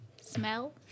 Smell